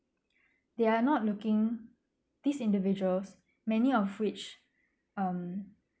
they are not looking these individuals many of which um